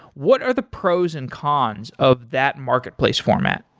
what are the pros and cons of that marketplace format?